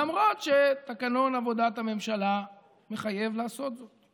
למרות שתקנון עבודת הממשלה מחייב לעשות זאת,